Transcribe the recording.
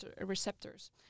receptors